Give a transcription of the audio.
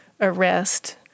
arrest